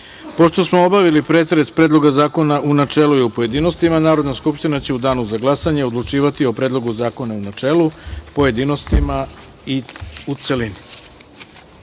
smo obavili pretres Predloga zakona u načelu i u pojedinostima, Narodna skupština će u danu za glasanje odlučivati o Predlogu zakona u načelu, pojedinostima i u